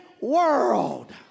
world